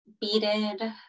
beaded